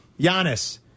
Giannis